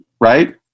right